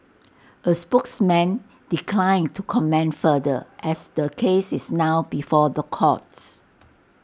A spokesman declined to comment further as the case is now before the courts